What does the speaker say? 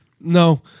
No